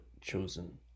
chosen